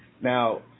Now